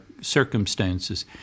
circumstances